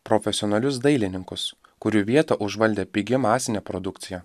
profesionalius dailininkus kurių vietą užvaldė pigi masinė produkcija